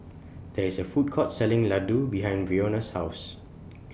There IS A Food Court Selling Ladoo behind Brionna's House